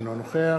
אינו נוכח